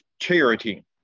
charity